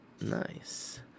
nice